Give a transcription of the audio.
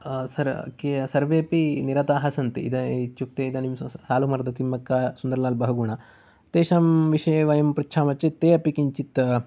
सर्वेपि निरताः सन्ति इदानीं इत्युक्ते इदानीं सालुमरदतिम्मका सुन्दर्लाल् बहुगुण तेषां विषये वयं पृच्छामः चेत् ते अपि किञ्चित्